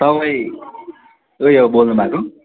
तपाईँ उयो बोल्नु भएको